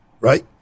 Right